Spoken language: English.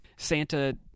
Santa